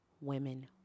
women